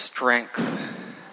strength